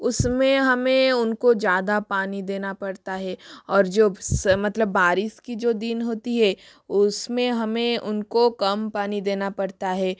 उस में हमें उनको ज़्यादा पानी देना पड़ता हे और जो मतलब बारिश के जो दिन होते हैं उस में हमें उनको कम पानी देना पड़ता है